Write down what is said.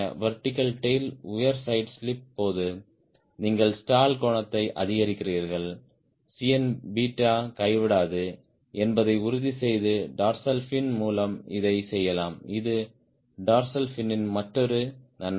vertical tail உயர் side slip போது நீங்கள் ஸ்டால் கோணத்தை அதிகரிக்கிறீர்கள் Cn கைவிடாது என்பதை உறுதிசெய்து டார்சல் ஃபின் மூலம் இதைச் செய்யலாம் இது டார்சல் ஃபினின் மற்றொரு நன்மை